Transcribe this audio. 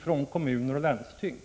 från kommuner och landsting.